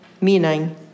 Meaning